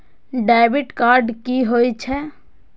Debit card की होय छेय?